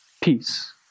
Peace